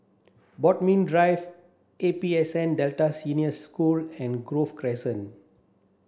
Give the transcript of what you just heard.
Bodmin Drive A P S N Delta Senior School and Grove Crescent